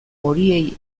horiei